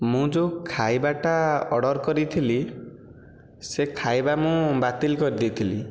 ମୁଁ ଯେଉଁ ଖାଇବାଟା ଅର୍ଡ଼ର କରିଥିଲି ସେ ଖାଇବା ମୁଁ ବାତିଲ କରିଦେଇଥିଲି